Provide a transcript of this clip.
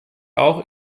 auch